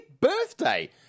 birthday